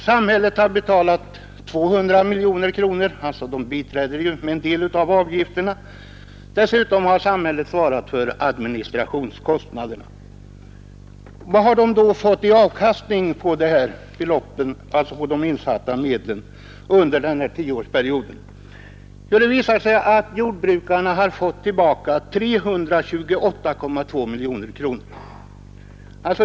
Samhället, som ju bidrar med en del, har betalat 200 miljoner kronor. Dessutom har samhället svarat för administrationskostnaderna. Vad har jordbrukarna då fått i avkastning på de insatta medlen under denna tioårsperiod? Det visar sig att de fått tillbaka 328,2 miljoner kronor.